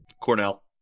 Cornell